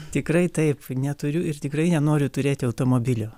tikrai taip neturiu ir tikrai nenoriu turėti automobilio